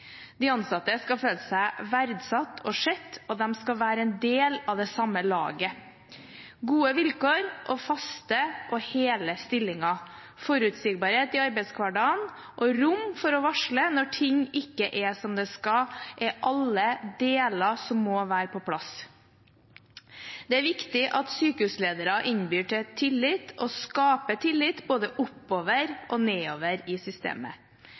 De ansatte skal føle seg verdsatt og sett, og de skal være en del av det samme laget. Gode vilkår og faste og hele stillinger, forutsigbarhet i arbeidshverdagen og rom for å varsle når ting ikke er som det skal, er alle deler som må være på plass. Det er viktig at sykehusledere innbyr til tillit og skaper tillit, både oppover og nedover i systemet.